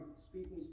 speaking